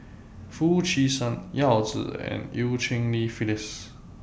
Foo Chee San Yao Zi and EU Cheng Li Phyllis